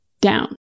down